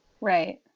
right